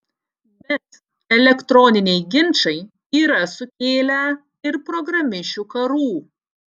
bet elektroniniai ginčai yra sukėlę ir programišių karų